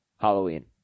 Halloween